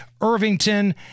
irvington